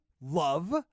love